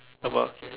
about